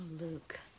Luke